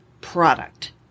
product